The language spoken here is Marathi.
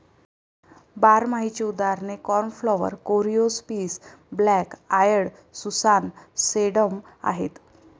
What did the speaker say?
बारमाहीची उदाहरणे cornflower, coreopsis, black eyed Susan, sedum आहेत